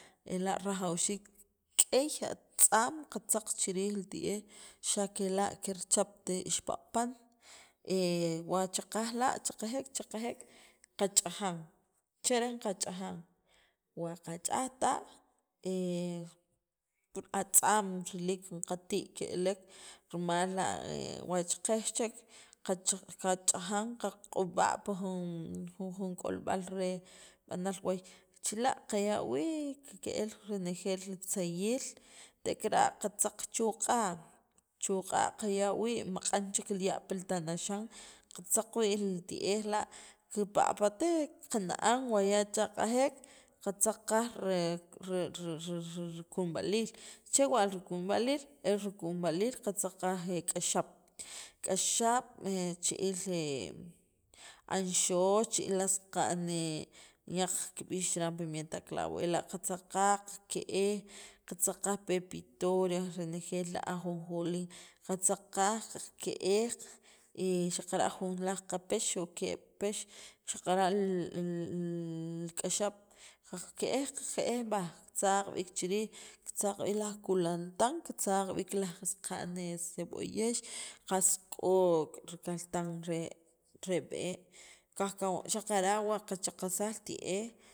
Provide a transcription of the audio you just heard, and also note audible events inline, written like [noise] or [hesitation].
ela' rajawxiik k'ey atz'am qatzaq chi riij li ti'ej xa' kela' kirchap ixpaq'pan [hesitation] wa chaqej la' cheqejek cheqejek qach'ajan cheren qach'ajan wa qach'aj taj [hesitation] pur atza'm riliik jun qatii' ke'lek rimal la' wa cheqej chek qach'aj qach'ajan qaq'ub'a' pi jun jun k'olb'al re b'anal waay chila' qaya' wii' ke'l renejeel tzayiij tek'ara' qatzaq chu' q'a' chu' q'a' qaya' wii' maq'an chek ki ya' pi tanaxan qatzaq wii' li ti'ej la' la' kipaq'patek qana'an ea ya chaq'ajek qatzaq qaj re ri rikunb'aliil chewa' rikunb'aliil el rikunb'aliil qatzaq qaj k'axab' k'axab' [hesitation] anxox, chi'il laj saqa'n nik'yaj kib'ix chiran pimienta clavo ela' qatzaq qaj qaqke'ej qatzaq qaj pepitoria renejeel la' ajonjolí qatzaq qajkaqe'ej xaqara' jun o keb' pex xaqara' li [hesitation] k'axab' qaqke'ej qake'ej kitzaq b'iik laj kulantan kitzaq b'iik laj saqa'n seb'oyex qas k'ok' li kaltan re b'e' kajkaw xaqara' wa qachaqajsaj li it'ej.